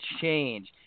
change